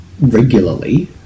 Regularly